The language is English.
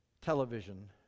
Television